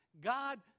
God